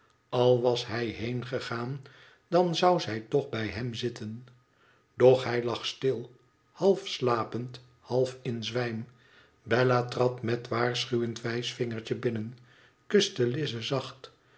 al was hij heengegaan dan zou zij toch bij hem zitten doch hij lag stil half slapend halfin zwijm bella trad met waarschuwend wijsvingertje binnen kuste lize zacht